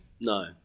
No